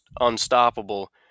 unstoppable